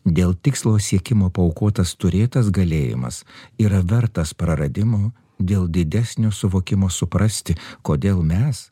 dėl tikslo siekimo paaukotas turėtas galėjimas yra vertas praradimo dėl didesnio suvokimo suprasti kodėl mes